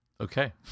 Okay